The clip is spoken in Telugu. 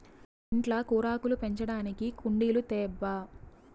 ఇంట్ల కూరాకులు పెంచడానికి కుండీలు తేబ్బా